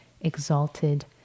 exalted